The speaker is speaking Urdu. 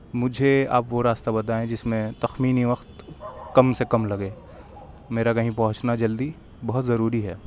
مجھے آپ وہ راستہ بتائیں جس میں تخمینی وقت کم سے کم لگے میرا کہیں پہنچا جلدی بہت ضروری ہے